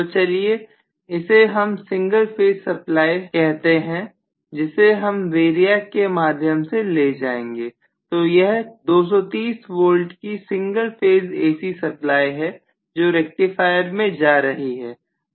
तो चलिए इसे हम सिंगल फेज सप्लाई कहते हैं जिसे हम वेरियाक के माध्यम से ले जाएंगे तो यह 230V की सिंगल फेस AC सप्लाई है जो रेक्टिफायर में जा रही है